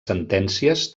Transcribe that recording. sentències